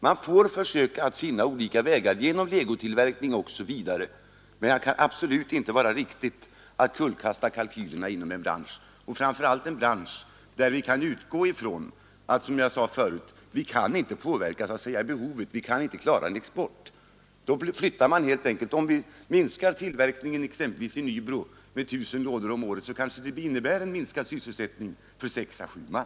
Man får försöka att finna olika vägar genom t.ex. legotillverkning, men det kan inte vara riktigt att kullkasta kalkylerna inom en bransch, framför allt inte i en bransch i fråga om vilken vi kan utgå ifrån att vi inte kan påverka behovet. Vi kan inte klara problemet genom export. Om vi minskar tillverkningen i Nybro med 1 000 ”lådor” om året, kanske detta innebär en minskad sysselsättning för sex sju man.